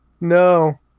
No